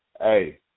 Hey